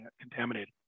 contaminated